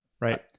right